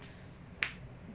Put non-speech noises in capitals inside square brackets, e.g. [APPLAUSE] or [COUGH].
[NOISE]